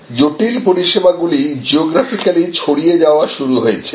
জটিল পরিষেবা গুলি জিওগ্রাফিক্যালি ছড়িয়ে যাওয়া শুরু হয়েছে